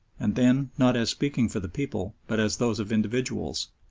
and then not as speaking for the people but as those of individuals.